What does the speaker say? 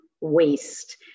waste